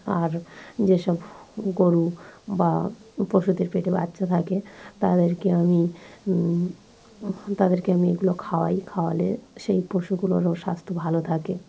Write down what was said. আর যেসব গরু বা পশুদের পেটে বাচ্চা থাকে তাদেরকে আমি তাদেরকে আমি এগুলো খাওয়াই খাওয়ালে সেই পশুগুলোরও স্বাস্থ্য ভালো থাকে